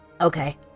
Okay